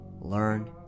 learn